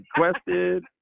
requested